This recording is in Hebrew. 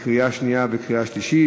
התשע"ד 2014, קריאה שנייה וקריאה שלישית.